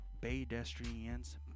Pedestrians